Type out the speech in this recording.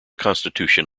constitution